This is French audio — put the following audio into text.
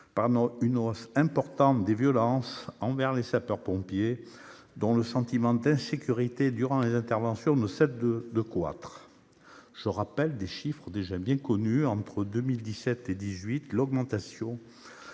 par une hausse importante des violences envers les sapeurs-pompiers, dont le sentiment d'insécurité durant les interventions ne cesse de croître. Je rappelle des chiffres déjà bien connus : entre 2017 et 2018, l'augmentation